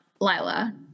Lila